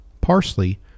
parsley